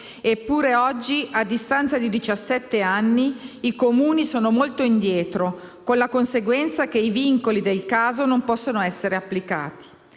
Eppure oggi, a distanza di diciassette anni, i Comuni sono molto indietro, con la conseguenza che i vincoli del caso non possono essere applicati.